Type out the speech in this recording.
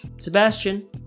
Sebastian